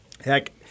Heck